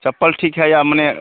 चप्पल ठीक है या मने